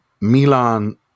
Milan